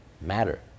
matter